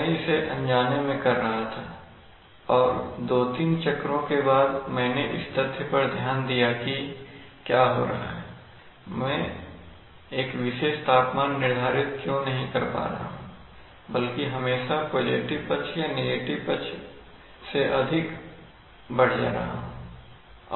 मैं इसे अनजाने में कर रहा था और दो तीन चक्रों के बाद मैंने इस तथ्य पर ध्यान दिया कि क्या हो रहा है मैं एक विशेष तापमान निर्धारित क्यों नहीं कर पा रहा हूं बल्कि हमेशा पॉजिटिव पक्ष या नेगेटिव पक्ष से अधिक बढ़ जा रहा हूं